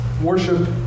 Worship